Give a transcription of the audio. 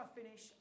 finish